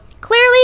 clearly